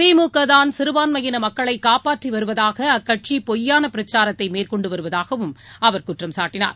திமுகதான் சிறுபான்மையினமக்களைகாப்பாற்றிவருவதாகஅக்கட்சிபொய்யானபிரச்சாரத்தைமேற்கொண்டுவருவதாகவும் அவர் குற்றம் சாட்டினார்